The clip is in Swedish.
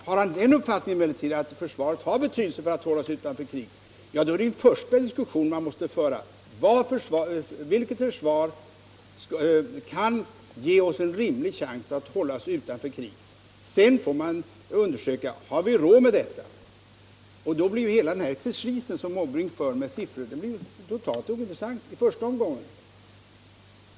Har man uppfattningen att försvaret har betydelse för att hålla oss utanför ett krig, då är det första man måste diskutera vilket försvar som kan ge oss en rimlig chans att hålla oss utanför ett krig. Sedan får man undersöka om vi har råd med detta försvar. Därför blir hela herr Måbrinks sifferexercis totalt ointressant i första omgången.